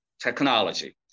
technology